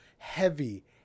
Heavy